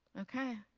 okay.